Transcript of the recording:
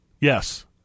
Yes